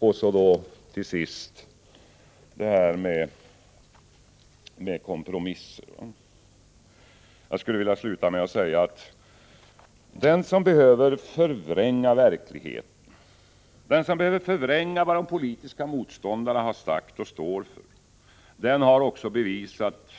Och så något om kompromisser: Den som behöver förvränga verkligheten, den som behöver förvränga vad politiska motståndare har sagt och står för, den har också bevisat